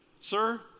sir